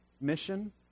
mission